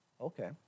Okay